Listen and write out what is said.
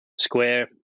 square